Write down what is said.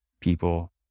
people